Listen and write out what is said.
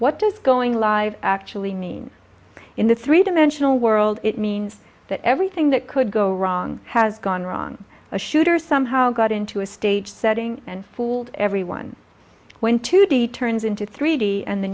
what does going live actually means in the three dimensional world it means that everything that could go wrong has gone wrong a shooter somehow got into a stage setting and fooled everyone went to the turns into three d and the